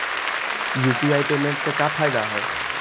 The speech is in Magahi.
यु.पी.आई पेमेंट से का फायदा है?